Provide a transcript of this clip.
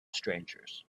strangers